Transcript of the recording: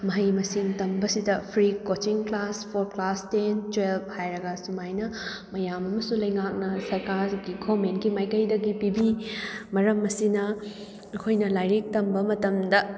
ꯃꯍꯩ ꯃꯁꯤꯡ ꯇꯝꯕꯁꯤꯗ free coaching class for class ten twelve ꯍꯥꯏꯔꯒ ꯁꯨꯃꯥꯏꯅ ꯃꯌꯥꯝ ꯑꯃꯁꯨ ꯂꯩꯉꯥꯛꯅ ꯁꯔꯀꯥꯔꯒꯤ ꯒꯣꯔꯃꯦꯟꯒꯤ ꯃꯥꯏꯀꯩꯗꯒꯤ ꯄꯤꯕꯤ ꯃꯔꯝ ꯑꯁꯤꯅ ꯑꯩꯈꯣꯏꯅ ꯂꯥꯏꯔꯤꯛ ꯇꯝꯕ ꯃꯇꯝꯗ